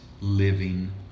living